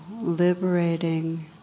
liberating